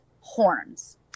horns